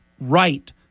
right